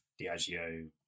Diageo